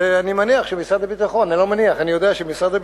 ואני מניח שמשרד הביטחון,